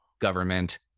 government